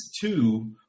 two